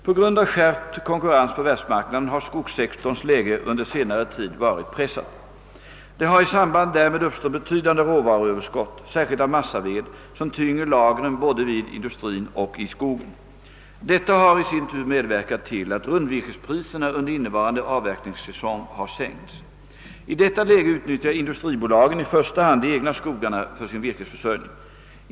På grund av skärpt konkurrens på världsmarknaden har skogssektorns läge under senare tid varit pressat. Det har i samband därmed uppstått betydande råvaruöverskott, särskilt av massaved, som tynger lagren både vid industrin och i skogen. Detta har i sin tur medverkat till att rundvirkespriserna under innevarande avverkningssäsong har sänkts. I detta läge utnyttjar industribolagen i första hand de egna skogarna för sin virkesförsörjning.